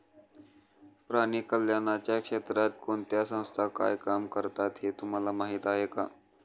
प्राणी कल्याणाच्या क्षेत्रात कोणत्या संस्था काय काम करतात हे तुम्हाला माहीत आहे का?